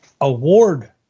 award